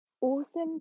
awesome